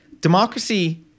democracy